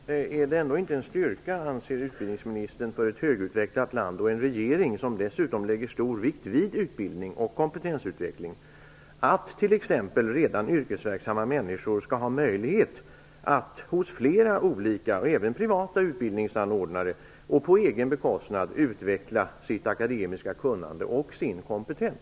Herr talman! Regeringen lägger stor vikt vid utbildning och kompetensutveckling. Anser då inte utbildningsministern att det är en styrka för ett välutvecklat land att t.ex. redan yrkesverksamma människor har möjlighet att hos flera olika, även privata, utbildningsanordnare på egen bekostnad utveckla sitt akademiska kunnande och sin kompetens?